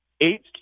Eight